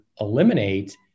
eliminate